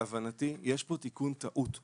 להבנתי יש פה תיקון טעות.